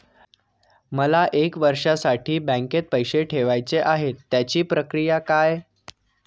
मला एक वर्षासाठी बँकेत पैसे ठेवायचे आहेत त्याची प्रक्रिया काय?